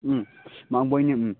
ꯎꯝ ꯃꯥꯡꯕꯣꯏꯅꯦ ꯎꯝ